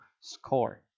score